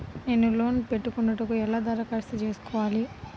నేను లోన్ పెట్టుకొనుటకు ఎలా దరఖాస్తు చేసుకోవాలి?